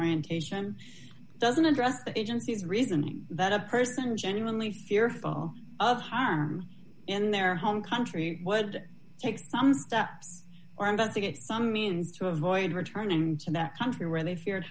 orientation doesn't address the agency's reasoning that a person genuinely fearful of harm in their home country would take some steps or about to get some means to avoid return and to that country where they fear